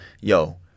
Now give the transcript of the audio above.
yo